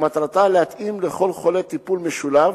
ומטרתה להתאים לכל חולה טיפול משולב,